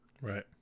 Right